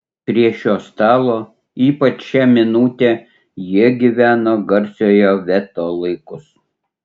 prie šio stalo ypač šią minutę jie gyveno garsiojo veto laikus